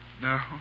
No